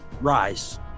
rise